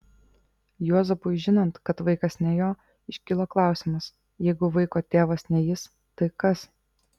juozapui žinant kad vaikas ne jo iškilo klausimas jeigu vaiko tėvas ne jis tai kas